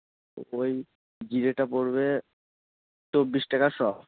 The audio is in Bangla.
ওই জিরেটা পড়বে চব্বিশ টাকা শ